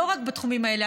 לא רק בתחומים האלה.